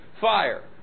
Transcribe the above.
fire